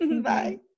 Bye